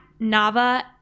Nava